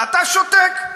ואתה שותק.